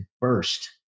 burst